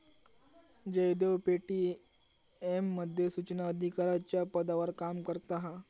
Jaydev Paytm मध्ये सुचना अधिकाराच्या पदावर काम करता हा